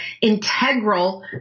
integral